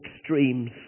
extremes